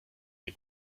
den